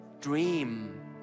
dream